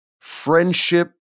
friendship